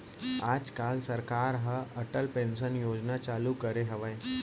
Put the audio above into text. आज काल सरकार ह अटल पेंसन योजना चालू करे हवय